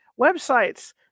Websites